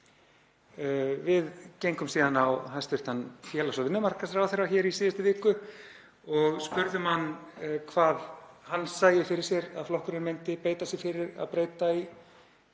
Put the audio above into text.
Við gengum síðan á hæstv. félags- og vinnumarkaðsráðherra í síðustu viku og spurðum hann hverju hann sæi fyrir sér að flokkurinn myndi beita sér fyrir að breyta í